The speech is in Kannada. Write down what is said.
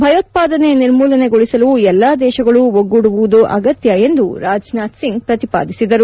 ಭಯೋತ್ಪಾದನೆ ನಿರ್ಮೂಲನೆಗೊಳಿಸಲು ಎಲ್ಲಾ ದೇಶಗಳು ಒಗ್ಗೂದುವುದು ಅಗತ್ಯ ಎಂದು ರಾಜನಾಥ್ ಸಿಂಗ್ ಪ್ರತಿಪಾದಿಸಿದರು